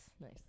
Nice